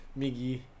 miggy